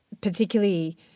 particularly